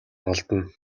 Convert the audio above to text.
олдоно